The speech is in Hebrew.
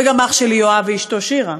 וגם אח שלי יואב ואשתו שירה,